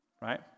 right